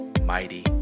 mighty